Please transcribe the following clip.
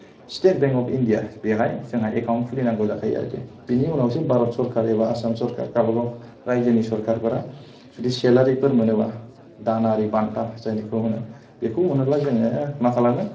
state Bank of India बेवहाय जोंहा account खुलिनांगौ जाखायो बिनि उनावसो भारत सरखार एबा आसाम सरखार गावबा गाव रायजोनि सरखारफोरा जुदि सेलारिफोर मोनोब्ला दानारि बान्था जायनाखौ होनो बेखौ मोनोब्ला जोङो मा खालामो